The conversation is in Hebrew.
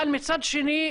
אבל מצד שני,